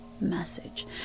message